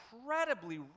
incredibly